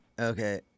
okay